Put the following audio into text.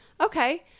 Okay